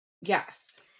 Yes